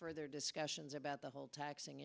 further discussions about the whole taxing